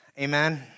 Amen